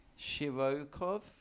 Shirokov